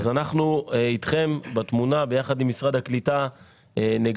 אז אנחנו אתכם בתמונה ביחד עם משרד הקליטה נגבש,